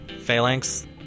Phalanx